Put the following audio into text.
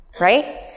right